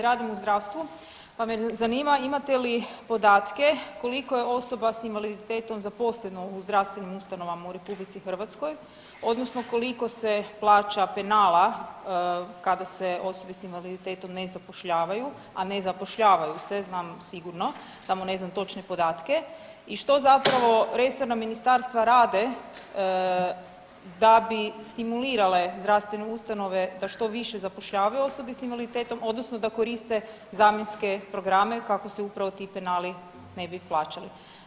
Radim u zdravstvu pa me zanima imate li podatke koliko je osoba s invaliditetom zaposleno u zdravstvenim ustanovama u RH, odnosno koliko se plaća penala kada se osobe s invaliditetom ne zapošljavaju, a ne zapošljavaju se, znam sigurno, samo ne znam točne podatke i što zapravo resorna ministarstva rade da bi stimulirale zdravstvene ustanove da što više zapošljavaju osobe s invaliditetom odnosno da koriste zamjenske programe, kako se upravo ti penali ne bi plaćali.